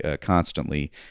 constantly